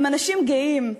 הם אנשים גאים,